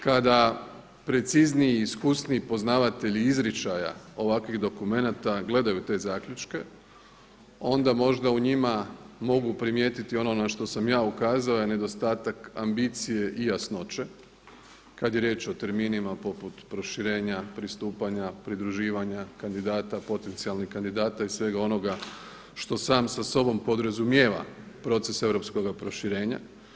Kada precizniji i iskusniji poznavatelji izričaja ovakvih dokumenata gledaju te zaključke, onda možda u njima mogu primijetiti ono na što sam ja ukazao nedostatak ambicije i jasnoće kada je riječ o terminima poput proširenja, pristupanja, pridruživanja kandidata potencijalnih kandidata i svega onoga što sam sa sobom podrazumijeva proces europskog proširenja.